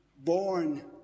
born